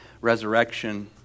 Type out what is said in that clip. resurrection